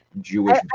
Jewish